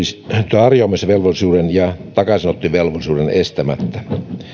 tarjoamisvelvollisuuden ja takaisinottovelvollisuuden estämättä